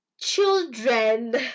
children